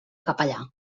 capellà